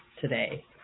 today